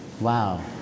Wow